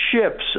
Ships